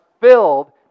filled